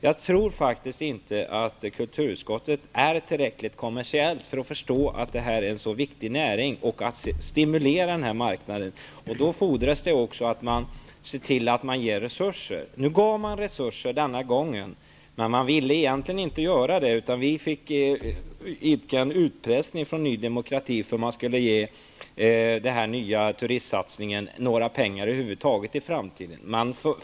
Jag tror faktiskt inte att kulturutskottet är tillräckligt kommersiellt för att förstå att det här är en så viktig näring och att den måste stimuleras. Det fordras också att man ser till att ge resurser. Man gav resurser denna gång, men man ville egentligen inte göra det. Vi fick idka utpressning från Ny demokrati för att man över huvud taget skulle ge den nya turistsatsningen några pengar i framtiden.